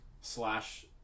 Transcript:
slash